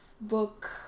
book